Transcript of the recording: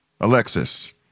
Alexis